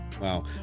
Wow